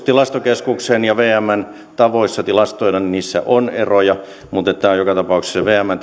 tilastokeskuksen ja vmn tavoissa tilastoida on eroja mutta tämä on joka tapauksessa vmn